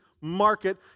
market